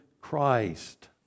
Christ